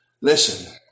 Listen